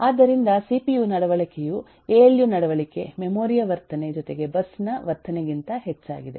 ಆದ್ದರಿಂದ ಸಿಪಿಯು ನಡವಳಿಕೆಯು A L U ನಡವಳಿಕೆ ಮೆಮೊರಿ ಯ ವರ್ತನೆ ಜೊತೆಗೆ ಬಸ್ ನ ವರ್ತನೆಗಿಂತ ಹೆಚ್ಚಾಗಿದೆ